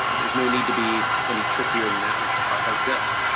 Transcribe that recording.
um there's no need to be any trickier than that, with a part like this.